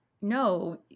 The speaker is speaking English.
no